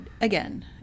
again